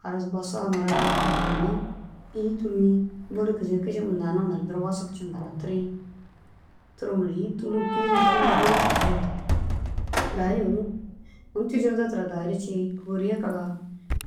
Halas bosa mura ginna îyi tûli bôli kisii kišima lanimare duro wasag ciŋa ginna tirii. Tirimare îyi tûlum tûlum gali ru bôli tigisoore daha unu cucurde tira dahuru cii